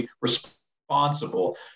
responsible